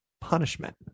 punishment